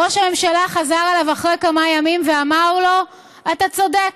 ראש הממשלה חזר אליו אחרי כמה ימים ואמר לו: אתה צודק,